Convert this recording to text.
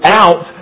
out